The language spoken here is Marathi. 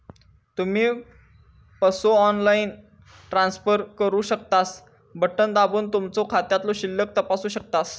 तुम्ही पसो ऑनलाईन ट्रान्सफर करू शकतास, बटण दाबून तुमचो खात्यातलो शिल्लक तपासू शकतास